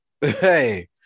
Hey